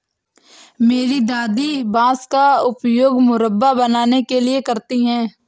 मेरी दादी बांस का उपयोग मुरब्बा बनाने के लिए करती हैं